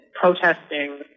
protesting